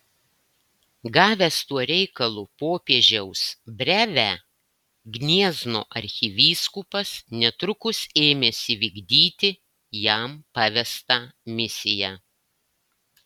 gavęs tuo reikalu popiežiaus brevę gniezno arkivyskupas netrukus ėmėsi vykdyti jam pavestą misiją